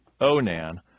Onan